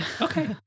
Okay